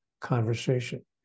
conversation